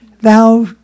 thou